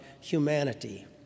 humanity